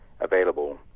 available